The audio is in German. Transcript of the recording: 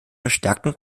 verstärkten